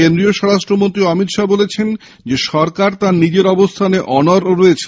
কেন্দ্রীয় স্বরাষ্ট্রমন্ত্রী অমিত শাহ বলেছেন সরকার তার নিজের অবস্হানে অনড় রয়েছে